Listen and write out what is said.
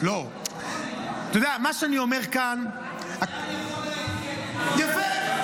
--- זה אני יכול להעיד --- יפה.